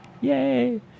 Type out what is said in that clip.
Yay